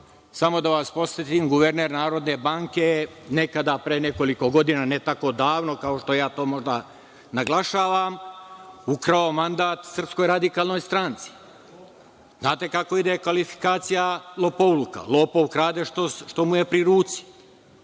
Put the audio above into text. Samo da vas podsetim, guverner Narodne banke je nekada, pre nekoliko godina, ne tako davno kao što ja to možda naglašavam, ukrao mandat SRS. Znate kako ide kvalifikacija lopovluka? Lopov krade što mu je pri ruci.